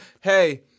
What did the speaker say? hey